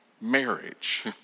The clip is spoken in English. marriage